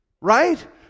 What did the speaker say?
Right